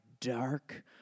dark